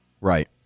Right